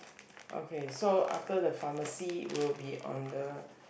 okay so after the pharmacy will be on the